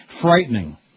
frightening